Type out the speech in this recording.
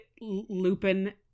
lupin